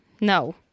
No